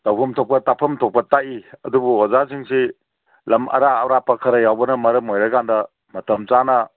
ꯇꯧꯐꯝ ꯊꯣꯛꯄ ꯇꯥꯛꯐꯝ ꯊꯣꯛꯄ ꯇꯥꯛꯏ ꯑꯗꯨꯕꯨ ꯑꯣꯖꯥꯁꯤꯡꯁꯤ ꯂꯝ ꯑꯔꯥꯞ ꯑꯔꯥꯞꯄ ꯈꯔ ꯌꯥꯎꯕꯅ ꯃꯔꯝ ꯑꯣꯏꯔꯀꯥꯟꯗ ꯃꯇꯝ ꯆꯥꯅ